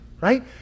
right